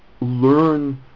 learn